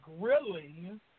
grilling